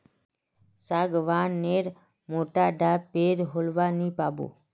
सागवान नेर मोटा डा पेर होलवा नी पाबो